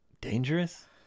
dangerous